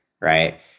right